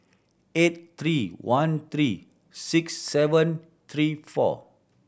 eight three one three six seven three four